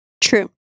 True